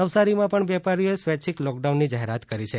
નવસારીમાં પણ વેપારીઓએ સ્વૈચ્છીક લોકડાઉનની જાહેરાત કરી છે